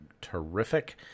terrific